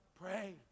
Pray